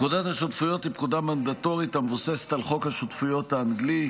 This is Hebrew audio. פקודת השותפויות היא פקודה מנדטורית המבוססת על חוק השותפויות האנגלי.